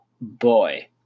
boy